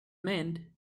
mend